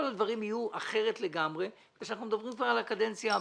כל הדברים יהיו אחרת לגמרי ואנחנו מדברים כבר על הקדנציה הבאה.